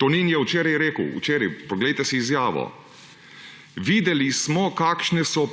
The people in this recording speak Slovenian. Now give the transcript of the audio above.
Tonin je včeraj rekel, včeraj, poglejte si izjavo: »Videli smo, kakšne so